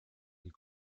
une